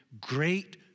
great